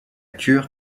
cure